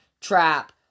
trap